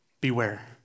beware